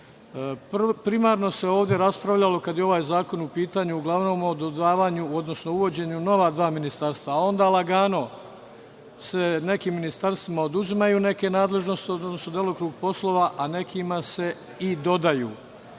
Primarno se ovde raspravljalo, kada je ovaj zakon u pitanju, uglavnom o dodavanju, odnosno uvođenju nova dva ministarstva, a onda lagano se nekim ministarstvima oduzimaju neke nadležnosti, odnosno delokrug poslova, a nekima se i dodaju,